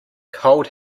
cold